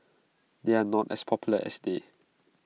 they are not as popular as they